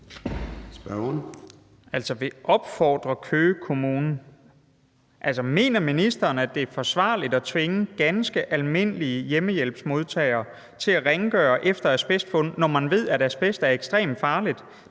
vil opfordre Køge Kommune! Mener ministeren, at det er forsvarligt at tvinge ganske almindelige hjemmehjælpsmodtagere til at rengøre efter asbestfund, når man ved, at asbest er ekstremt farligt?